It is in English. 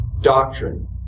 Doctrine